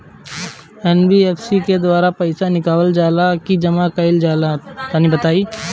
NBFC के द्वारा पईसा निकालल जला की जमा कइल जला तनि बताई?